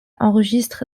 enregistre